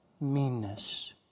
meanness